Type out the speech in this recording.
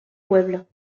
pueblo